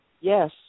Yes